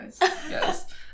yes